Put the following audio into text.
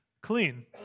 clean